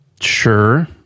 Sure